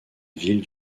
ville